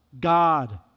God